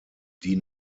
die